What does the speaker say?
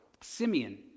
Simeon